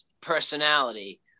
personality